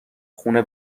خونه